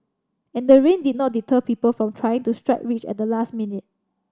and the rain did not deter people from trying to strike rich at the last minute